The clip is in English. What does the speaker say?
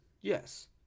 yes